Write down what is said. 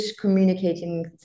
communicating